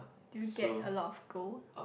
do you get a lot of gold